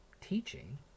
teaching